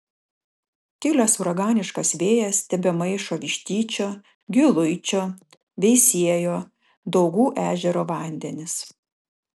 kilęs uraganiškas vėjas tebemaišo vištyčio giluičio veisiejo daugų ežero vandenis